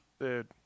Dude